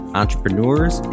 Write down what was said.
entrepreneurs